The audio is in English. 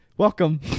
Welcome